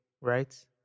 right